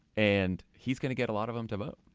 and he's going to get a lot of them to vote.